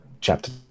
chapter